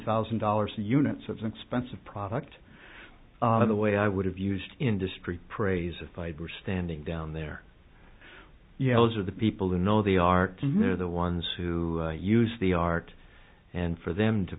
thousand dollars a unit so it's an expensive product of the way i would have used industry praise of labor standing down there yeah those are the people who know the arts and they're the ones who use the art and for them to